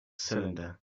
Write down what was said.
cylinder